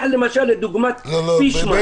תיקח לדוגמה את פישמן.